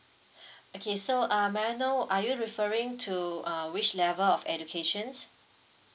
okay so um may I know are you referring to uh which level of educations